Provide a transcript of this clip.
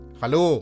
Hello